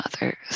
others